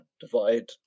divide